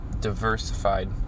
diversified